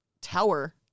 tower